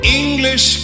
english